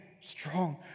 strong